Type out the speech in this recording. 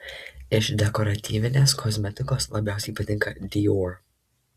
iš dekoratyvinės kosmetikos labiausiai patinka dior